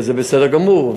וזה בסדר גמור,